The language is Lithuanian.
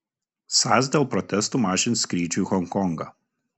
sas dėl protestų mažins skrydžių į honkongą